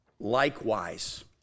Likewise